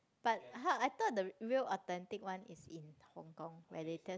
but !huh! I thought the real authentic one is in Hong-Kong where they just